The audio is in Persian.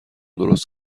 درست